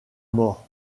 mort